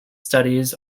studies